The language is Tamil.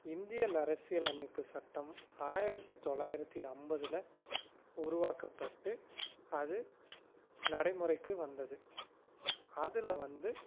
இந்தியல் அரசியல் அமைப்பு சட்டம் ஆயிரத்தி தொள்ளாயிரத்தி ஐம்பதுல உருவாக்கப்பட்டு அது நடைமுறைக்கு வந்தது அதில் வந்து